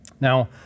Now